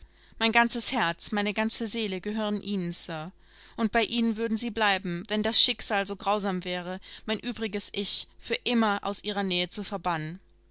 mein ganzes herz meine ganze seele gehören ihnen sir und bei ihnen würden sie bleiben wenn das schicksal so grausam wäre mein übriges ich für immer aus ihrer nähe zu verbannen